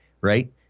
right